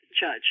judge